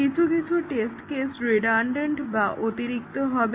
কিছু কিছু test case redundant বা অতিরিক্ত হবে